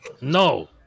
No